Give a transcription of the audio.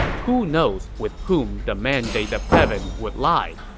who knows with whom the mandate of heaven would lie?